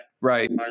Right